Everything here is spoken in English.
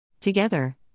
Together